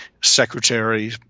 secretary